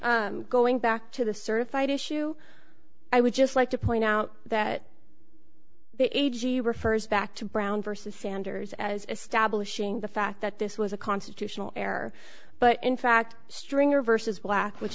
going back to the certified issue i would just like to point out that the a g refers back to brown versus sanders as establishing the fact that this was a constitutional error but in fact stringer versus black which